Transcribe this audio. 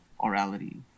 orality